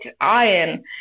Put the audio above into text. iron